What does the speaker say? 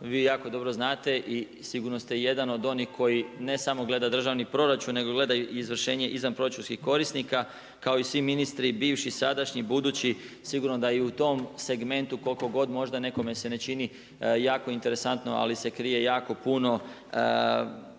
vi jako dobro znate i sigurno ste jedan od onih koji ne samo gleda državni proračun, nego gleda izvršenje izvanproračunskih korisnika, kao i svi ministri, bivši, sadašnji, budući, sigurno da i u tom segmentu, koliko god se možda nekome se ne čini, jako interesantno ali se krije jako puno situacija